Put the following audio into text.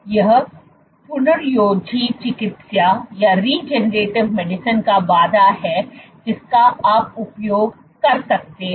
यह पुनर्योजी चिकित्सा का वादा है जिसका आप उपयोग कर सकते हैं